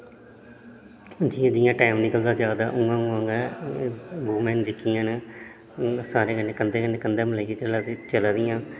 जियां जियां टाइम निकलदा जा दा उ'आं उ'आं वुमन जेहकियां न सारे कन्नै कंधें कन्नै कंधा मलाइयै चला दी चला दियां